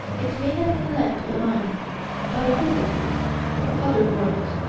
it may have been left behind by visitors from other worlds.